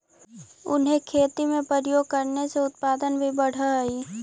उन्हें खेती में प्रयोग करने से उत्पादन भी बढ़अ हई